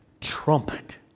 trumpet